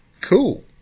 Cool